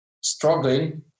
struggling